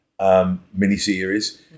miniseries